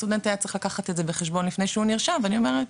הסטודנט היה צריך לקחת את זה בחשבון לפני שהוא נרשם ואני אומרת,